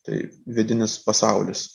tai vidinis pasaulis